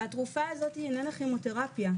התרופה הזאת אינה כימותרפיה.